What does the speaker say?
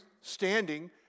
standing